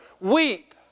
weep